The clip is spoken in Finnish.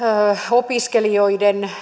opiskelijoiden